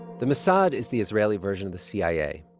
the mossad is the israeli version of the cia.